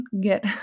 get